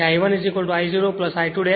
તેથી I1 I0 I2